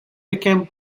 became